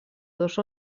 dos